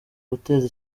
guteza